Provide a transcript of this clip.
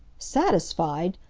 satisfied!